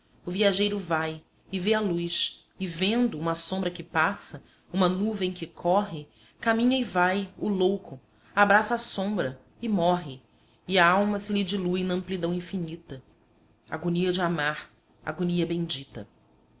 o viajeiro vai e vê a luz e vendo uma sombra que passa uma nuvem que corre caminha e vai o louco abraça a sombra e morre e a alma se lhe dilui na amplidão infinita agonia de amar agonia bendita